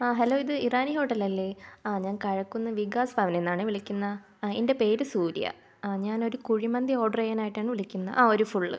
ആ ഹലോ ഇത് ഇറാനി ഹോട്ടലല്ലേ ആ ഞാൻ കഴക്കുന്നം വികാസ് ഭവനീന്നാണേ വിളിക്കുന്നത് ആ എൻ്റെ പേര് സൂര്യ ആ ഞാൻ ഒരു കുഴിമന്തി ഓർഡർ ചെയ്യാനായിട്ടാണ് വിളിക്കുന്നത് ആ ഒരു ഫുള്ള്